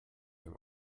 dem